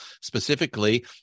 specifically